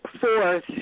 fourth